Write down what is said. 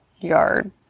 yard